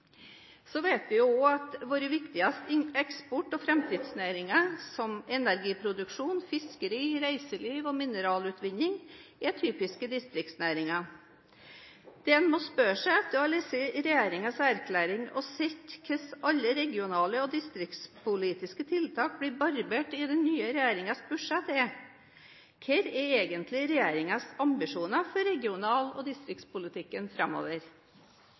Vi vet også at våre viktigste eksport- og framtidsnæringer som energiproduksjon, fiskeri, reiseliv og mineralutvinning, er typiske distriktsnæringer. Det man må spørre seg etter å ha lest regjeringens erklæring og sett hvordan regional- og distriktspolitiske tiltak blir barbert i den nye regjeringens budsjett, er: Hva er egentlig regjeringens ambisjoner for regional- og distriktspolitikken framover?